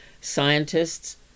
Scientists